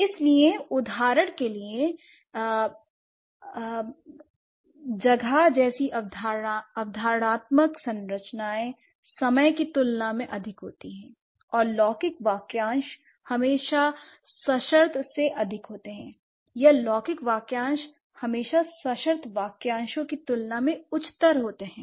इसलिए उदाहरण के लिए अंतरिक्ष जैसी अवधारणात्मक संरचनाएं समय की तुलना में अधिक होती हैं l और लौकिक वाक्यांश हमेशा सशर्त से अधिक होते हैं या लौकिक वाक्यांश हमेशा सशर्त वाक्यांशों की तुलना में उच्चतर होते हैं